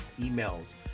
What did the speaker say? emails